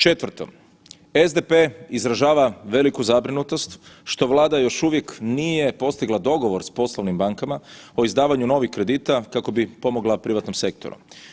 Četvrto, SDP izražava veliku zabrinutost što Vlada još uvijek nije postigla dogovor s poslovnim bankama o izdavanju novih kredita kako bi pomogla privatnom sektoru.